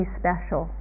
special